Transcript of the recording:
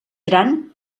gran